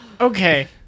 Okay